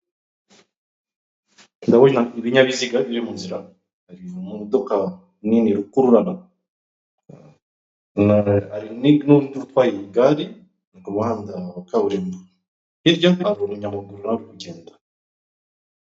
Ndabona ibinyabiziga biri munzira, hari imodoka nini rukururana hari n'undi utwaye igari ni ku muhanda wa kaburimbo, hirya hari umunyamaguru nawe uri kugenda.